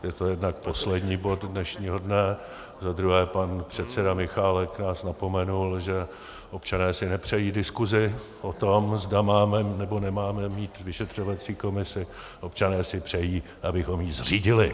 Je to jednak poslední bod dnešního dne, za druhé pan předseda Michálek nás napomenul, že občané si nepřejí diskusi o tom, zda máme, nebo nemáme mít vyšetřovací komisi, občané si přejí, abychom ji zřídili.